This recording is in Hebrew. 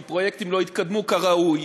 כי פרויקטים לא התקדמו כראוי,